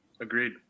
Agreed